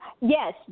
Yes